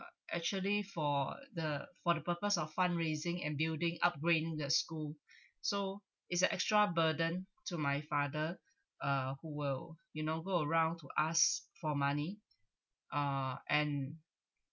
actually for the for the purpose of fund raising and building upgrading the school so is an extra burden to my father uh who will you know go around to ask for money uh and